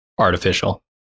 Artificial